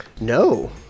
No